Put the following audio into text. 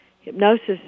Hypnosis